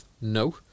No